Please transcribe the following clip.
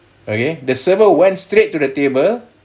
okay the server went straight to the table